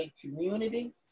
community